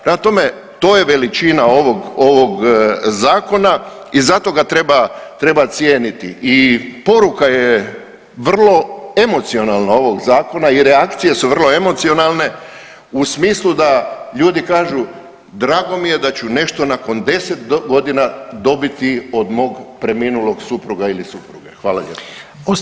Prema tome, to je veličina ovog zakona i zato ga treba cijeniti i poruka je vrlo emocionalna ovog zakona i reakcije su vrlo emocionalne u smislu da ljudi kažu drago mi je da ću nešto nakon 10 godina dobiti od mog preminulog supruga ili supruge.